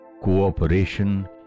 cooperation